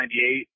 1998